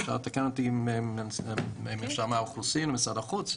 ואפשר לתקן אותי ברשות האוכלוסין או משרד החוץ,